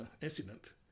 incident